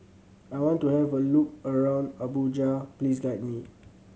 I want to have a look around Abuja please guide me